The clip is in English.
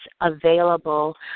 available